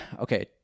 okay